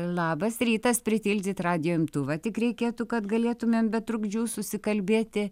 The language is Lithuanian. labas rytas pritildyt radijo imtuvą tik reikėtų kad galėtumėm be trukdžių susikalbėti